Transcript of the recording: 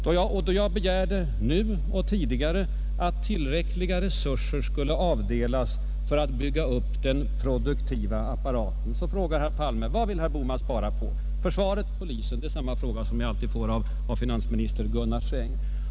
Då jag nu och tidigare begärt att tillräckliga resurser skulle avdelas för att bygga upp den produktiva apparaten frågar herr Palme: Vad vill herr Bohman spara på — försvaret, polisen? Det är samma fråga som jag alltid får av finansminister Sträng.